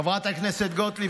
חברת הכנסת גוטליב,